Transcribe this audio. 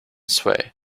sway